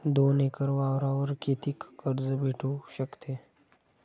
दोन एकर वावरावर कितीक कर्ज भेटू शकते?